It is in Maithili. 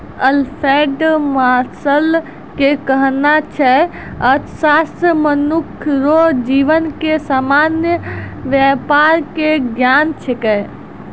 अल्फ्रेड मार्शल के कहनाय छै अर्थशास्त्र मनुख रो जीवन के सामान्य वेपार के ज्ञान छिकै